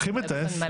אתם מסבכים את זה.